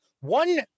one